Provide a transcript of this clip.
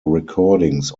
recordings